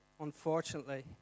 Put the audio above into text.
unfortunately